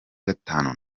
gatanu